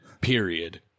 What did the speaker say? Period